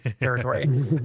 territory